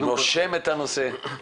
נושם את הנושא.